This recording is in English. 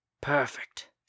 Perfect